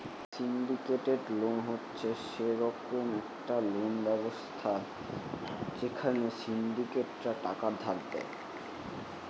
syndicated loan হচ্ছে সে রকমের একটা লোন ব্যবস্থা যেখানে সিন্ডিকেটরা টাকা ধার দেয়